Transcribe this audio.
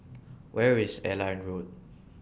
Where IS Airline Road